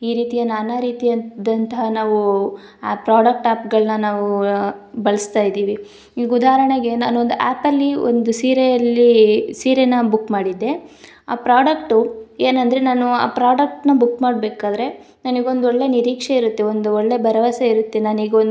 ಈ ರೀತಿಯ ನಾನಾ ರೀತಿಯಾದಂತಹ ನಾವು ಆ ಪ್ರೊಡಕ್ಟ್ ಆ್ಯಪ್ಗಳ್ನ ನಾವು ಬಳಸ್ತಾಯಿದ್ದೀವಿ ಈಗ ಉದಾಹರ್ಣೆಗೆ ನಾನು ಒಂದು ಆ್ಯಪಲ್ಲಿ ಒಂದು ಸೀರೆಯಲ್ಲಿ ಸೀರೆನ ಬುಕ್ ಮಾಡಿದ್ದೆ ಆ ಪ್ರೊಡಕ್ಟ್ ಏನಂದರೆ ನಾನು ಆ ಪ್ರೊಡಕ್ಟ್ನ ಬುಕ್ ಮಾಡಬೇಕಾದ್ರೆ ನನಗೊಂದೊಳ್ಳೆ ನಿರೀಕ್ಷೆ ಇರುತ್ತೆ ಒಂದು ಒಳ್ಳೆ ಭರವಸೆ ಇರುತ್ತೆ ನನಗೊಂದು